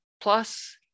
plus